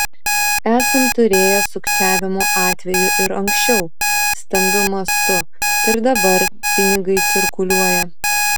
esam turėję sukčiavimo atvejų ir anksčiau stambiu mastu ir dabar pinigai cirkuliuoja